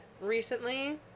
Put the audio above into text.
recently